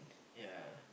yeah